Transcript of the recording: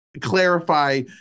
clarify